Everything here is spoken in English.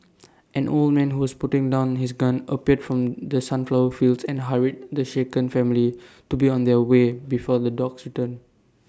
an old man who was putting down his gun appeared from the sunflower fields and hurried the shaken family to be on their way before the dogs return